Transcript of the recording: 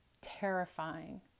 terrifying